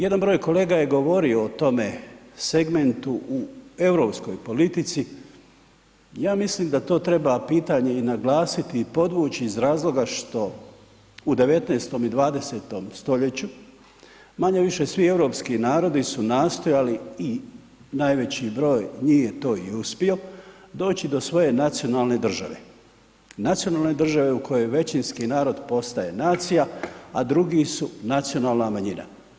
Jedna broj kolega je govorio o tome segmentu u europskoj politici, ja mislim da to treba pitanje i naglasiti i podvući iz razloga što u 19. i 20. st. manje-više svi europski narodi su nastojali i najveći broj nije to i uspio, doći do svoje nacionalne države, nacionalne države u kojoj većinski narod postaje nacija a drugi su nacionalna manjina.